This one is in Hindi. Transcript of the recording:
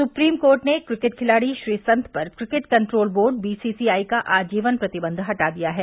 सुप्रीम कोर्ट ने क्रिकेट खिलाड़ी श्रीसंत पर क्रिकेट कंट्रोल बोर्ड बीसीआई का आजीवन प्रतिबंध हटा दिया है